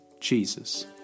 Jesus